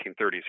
1930s